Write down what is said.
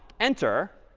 enter.